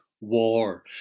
war